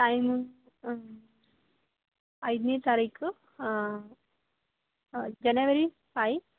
time ಐದನೇ ತಾರೀಕು ಜನವರಿ ಫೈವ್